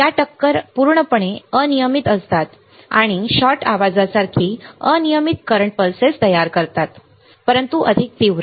या टक्कर पूर्णपणे अनियमित असतात आणि शॉट आवाजासारखी अनियमित करंट पल्सेस तयार करतात परंतु अधिक तीव्र